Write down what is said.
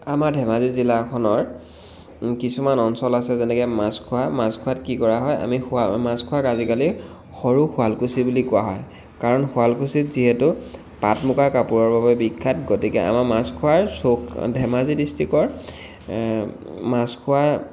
আমাৰ ধেমাজি জিলাখনৰ কিছুমান অঞ্চল আছে যেনেকৈ মাছখোৱা মাছখোৱাত কি কৰা হয় আমি খোৱা মাছখোৱাক আজিকালি সৰু শুৱালকুছি বুলি কোৱা হয় কাৰণ শুৱালকুছিত যিহেতু পাট মুগাৰ কাপোৰৰ বাবে বিখ্যাত গতিকে আমাৰ মাছখোৱাৰ চক ধেমাজি ডিষ্ট্ৰিকৰ মাছখোৱা